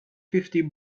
fifty